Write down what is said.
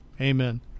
Amen